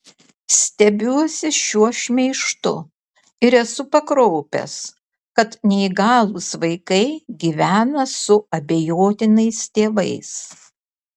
stebiuosi šiuo šmeižtu ir esu pakraupęs kad neįgalūs vaikai gyvena su abejotinais tėvais